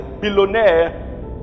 billionaire